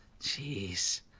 Jeez